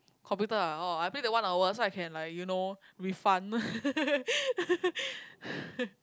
computer ah oh I play the one hour so I can like you know refund